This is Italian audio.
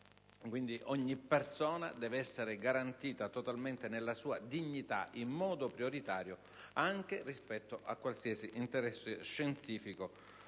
Quindi, ogni persona deve essere garantita totalmente nella sua dignità in modo prioritario, anche rispetto a qualsiasi interesse scientifico,